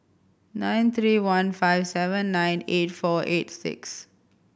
nine three one five seven nine eight four eight six